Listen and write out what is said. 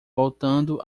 voltando